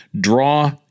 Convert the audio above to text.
draw